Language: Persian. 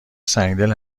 سنگدل